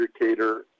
educator